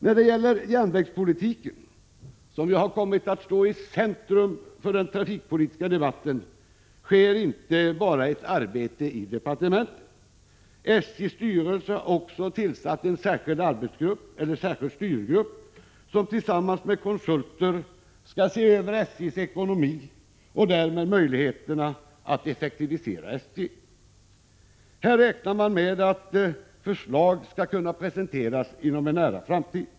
När det gäller järnvägspolitiken, som ju kommit att stå i centrum för den trafikpolitiska debatten, sker inte bara ett arbete i departementet. SJ:s styrelse har tillsatt en särskild styrgrupp, som tillsammans med konsulter skall se över SJ:s ekonomi och därmed möjligheterna att effektivisera SJ. Här räknar man med att förslag skall kunna presenteras inom kort.